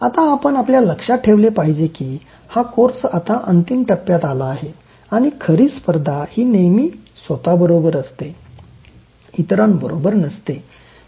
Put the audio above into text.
आता आपण आपल्या लक्षात ठेवले पाहिजे की हा कोर्स आता अंतिम टप्प्यात आला आहे आणि खरी स्पर्धा ही नेहमी स्वतबरोबर असते इतरांबरोबर नसते